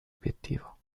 obiettivo